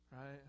right